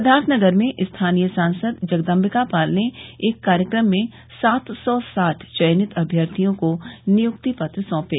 सिद्वार्थनगर में स्थानीय सांसद जगदम्बिका पाल ने एक कार्यक्रम में सात सौ साठ चयनित अभ्यर्थियों को नियुक्ति पत्र साँपे